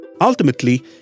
Ultimately